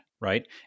right